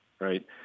right